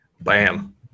Bam